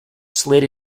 slid